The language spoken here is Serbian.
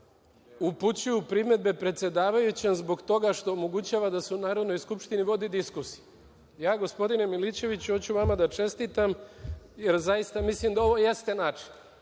upućuju primedbe predsedavajućem zbog toga što omogućava da se u Narodnoj skupštini vodi diskusija. Ja, gospodine Milićeviću, hoću vama da čestitam jer zaista mislim da ovo jeste način.